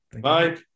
Bye